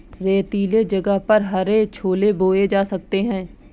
रेतीले जगह पर हरे छोले बोए जा सकते हैं